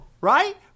right